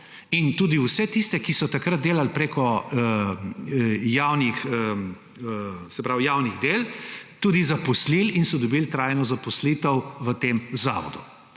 in tudi vse tiste, ki so takrat delali preko javnih del, tudi zaposlili in so dobili trajno zaposlitev v tem zavodu;